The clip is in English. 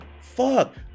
fuck